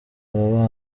aba